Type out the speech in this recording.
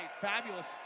fabulous